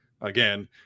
Again